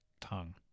tongue